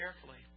carefully